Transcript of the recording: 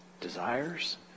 Desires